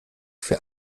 für